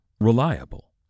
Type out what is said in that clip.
reliable